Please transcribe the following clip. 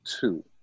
two